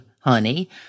honey